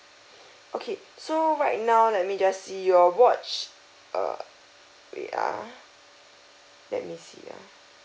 okay so right now let me just see your watch err wait ah let me see ah